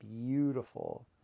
beautiful